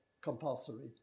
compulsory